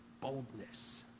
boldness